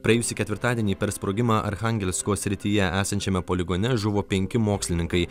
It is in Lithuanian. praėjusį ketvirtadienį per sprogimą archangelsko srityje esančiame poligone žuvo penki mokslininkai